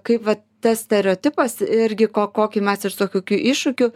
kaip vat tas stereotipas irgi ko kokį mes iš to kokių iššūkių